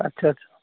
আচ্ছা আচ্ছা